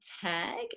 tag